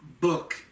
book